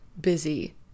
busy